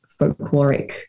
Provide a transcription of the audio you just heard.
folkloric